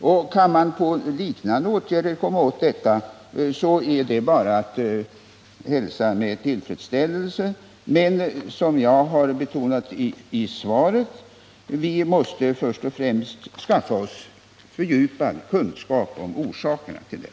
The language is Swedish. Om man med liknande åtgärder kan komma åt våldsbrottsligheten är det bara att hälsa med tillfredsställelse, men vi måste — som jag har betonat i svaret — först och främst skaffa oss fördjupad kunskap om orsakerna till det.